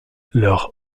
leur